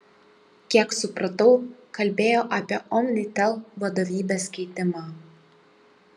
kiek supratau kalbėjo apie omnitel vadovybės keitimą